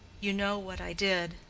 you know what i did.